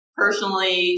personally